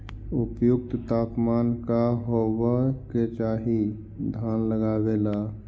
उपयुक्त तापमान का होबे के चाही धान लगावे ला?